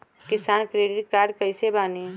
किसान credit card कइसे बानी?